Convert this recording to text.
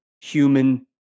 human